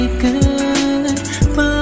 goodbye